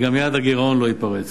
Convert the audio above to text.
וגם יעד הגירעון לא ייפרץ.